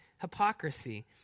Hypocrisy